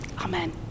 Amen